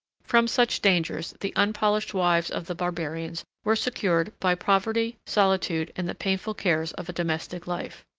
from such dangers the unpolished wives of the barbarians were secured by poverty, solitude, and the painful cares of a domestic life.